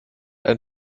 ein